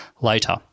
later